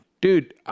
dude